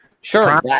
Sure